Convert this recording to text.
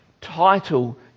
title